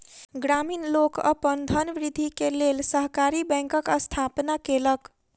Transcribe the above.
ग्रामीण लोक अपन धनवृद्धि के लेल सहकारी बैंकक स्थापना केलक